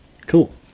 cool